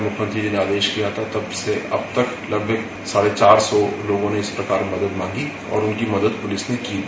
मुख्यमंत्री जी ने आदेश दिया था तब से अब तक लगभग साढ़े चार सौ इस प्रकार मदद मांगी और उनकी मदद पुलिस ने की भी